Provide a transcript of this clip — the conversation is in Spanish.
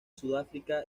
sudáfrica